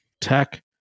tech